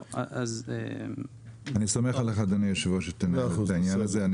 אני סומך עליך אדוני היושב ראש שתיכנס לעניין הזה.